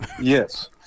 Yes